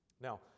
Now